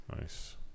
Nice